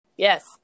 Yes